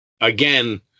again